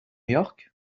york